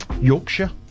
Yorkshire